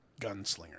Gunslinger